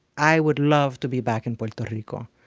i would love to be back in puerto rico.